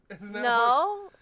No